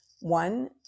One